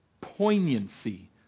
poignancy